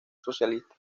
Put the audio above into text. socialista